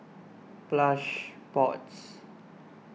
Plush Pods